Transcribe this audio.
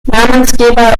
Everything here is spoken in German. namensgeber